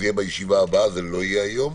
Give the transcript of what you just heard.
זה יהיה בישיבה הבאה ולא היום.